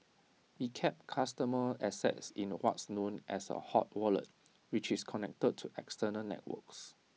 IT kept customer assets in what's known as A hot wallet which is connected to external networks